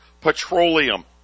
Petroleum